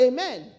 Amen